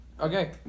Okay